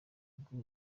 bw’u